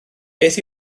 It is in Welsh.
beth